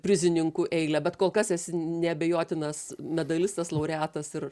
prizininkų eilę bet kol kas esi neabejotinas medalistas laureatas ir